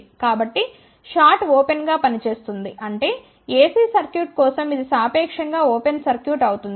కాబట్టి ఈ షార్ట్ ఓపెన్గా పనిచేస్తుంది అంటే AC సర్క్యూట్ కోసం ఇది సాపేక్షం గా ఓపెన్ సర్క్యూట్ అవుతుంది